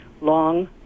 long